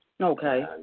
Okay